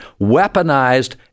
weaponized